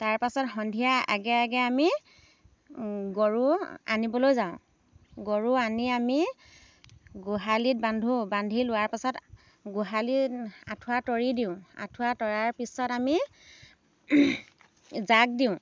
তাৰ পাছত সন্ধিয়াৰ আগে আগে আমি গৰু আনিবলৈ যাওঁ গৰু আনি আমি গোহালিত বান্ধো বান্ধি লোৱাৰ পাছত গোহালিত আঁঠুৱা তৰি দিওঁ আঁঠুৱা তৰাৰ পিছত আমি জাক দিওঁ